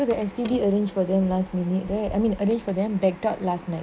so the S_T_B arrange for them last minute there I mean arrange for them backup last night